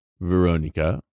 Veronica